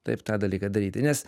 taip tą dalyką daryti nes